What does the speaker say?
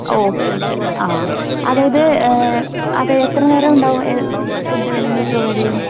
okay okay ah അതായത് അതെ എത്ര നേരം ഉണ്ടാകും ഫുഡ്ഡ് നിങ്ങൾ പ്രൊവൈഡ് ചെയ്യും